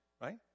right